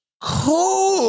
Cool